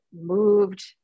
moved